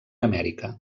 amèrica